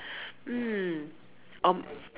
mm um